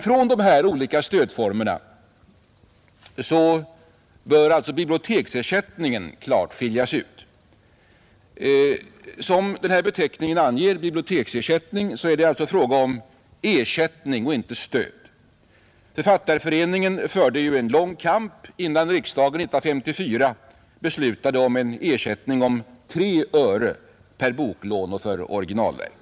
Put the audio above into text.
Från dessa olika stödformer bör biblioteksersättningen klart skiljas ut. Som beteckningen anger är det fråga om ersättning och inte stöd. Författareföreningen förde en lång kamp innan riksdagen 1954 beslutade om en ersättning med 3 öre per boklån för originalverk.